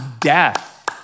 death